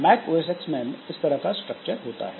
Mac OS X में इस तरह का स्ट्रक्चर होता है